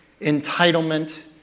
entitlement